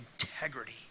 integrity